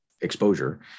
exposure